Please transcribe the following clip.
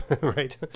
right